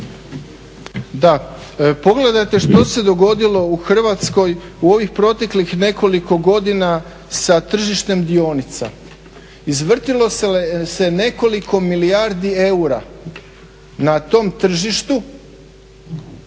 Da, pogledajte što se dogodilo u Hrvatskoj u ovih proteklih nekoliko godina sa tržištem dionica. Izvrtilo se nekoliko milijardi eura na tom tržištu